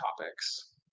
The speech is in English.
topics